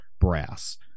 Brass